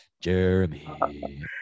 Jeremy